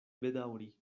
bedaŭri